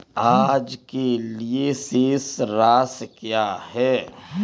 आज के लिए शेष राशि क्या है?